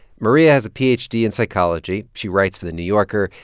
maria has a ph d. in psychology. she writes for the new yorker,